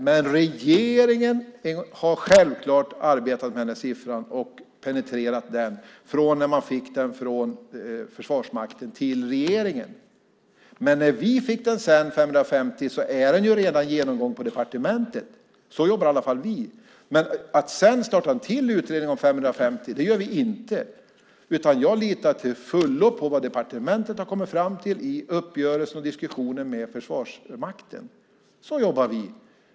Men regeringen har självklart arbetat med den här siffran och penetrerat den från det att man fick den från Försvarsmakten till regeringen. Men när vi sedan fick siffran 550 hade den ju redan gåtts igenom på departementet. Så jobbar i alla fall vi. Vi startar inte en till utredning om de 550 timmarna, utan vi litar till fullo på vad departementet har kommit fram till i uppgörelser och diskussioner med Försvarsmakten. Så jobbar vi.